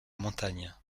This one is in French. montagne